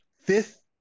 fifth